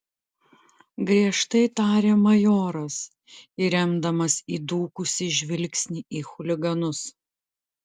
griežtai tarė majoras įremdamas įdūkusį žvilgsnį į chuliganus